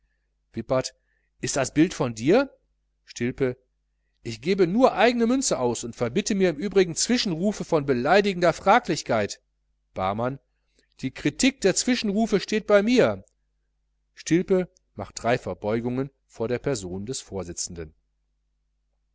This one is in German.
wippert ist das bild von dir stilpe ich gebe nur eigene münze aus und verbitte mir im übrigen zwischenrufe von beleidigender fraglichkeit barmann die kritik der zwischenrufe steht bei mir stilpe macht drei verbeugungen vor der person des vorsitzenden